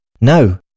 no